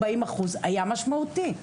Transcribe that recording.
40% היה משמעותי,